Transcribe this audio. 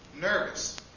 nervous